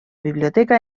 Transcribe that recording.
biblioteca